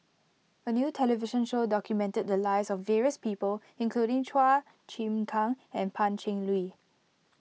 a new television show documented the lives of various people including Chua Chim Kang and Pan Cheng Lui